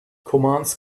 commands